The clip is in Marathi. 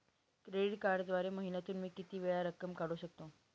क्रेडिट कार्डद्वारे महिन्यातून मी किती वेळा रक्कम काढू शकतो?